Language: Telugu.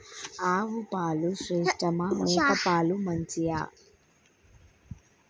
ఆవు పాలు శ్రేష్టమా మేక పాలు మంచియా?